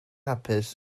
hapus